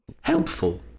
Helpful